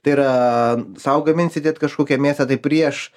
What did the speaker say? tai yra sau gaminsitėt kažkokią mėsą tai prieš